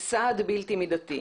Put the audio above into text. היא סד בלתי מידתי".